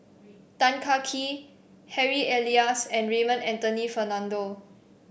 Tan Kah Kee Harry Elias and Raymond Anthony Fernando